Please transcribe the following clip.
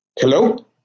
Hello